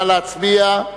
נא להצביע.